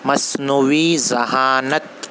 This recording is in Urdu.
مصنوی ذہانت